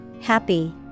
happy